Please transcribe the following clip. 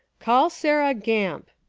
call sarah gamp,